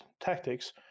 Tactics